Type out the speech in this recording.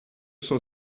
cent